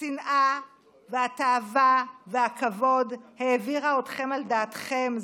השנאה והתאווה והכבוד העבירו אתכם על דעתכם.